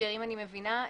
מבינה מאדוני,